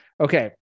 Okay